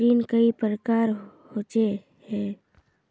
ऋण कई प्रकार होए है?